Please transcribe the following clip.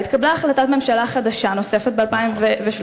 אלא התקבלה החלטת ממשלה חדשה נוספת ב-2013.